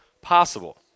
possible